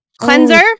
cleanser